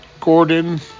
Gordon